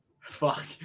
Fuck